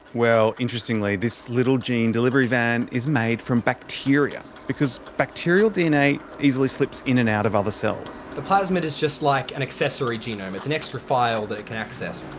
well, interestingly, this little gene delivery van is made from bacteria, because bacterial dna easily slips in and out of cells. the plasmid is just like an accessory genome. it's an extra file that it can access.